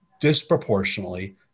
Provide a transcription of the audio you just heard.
disproportionately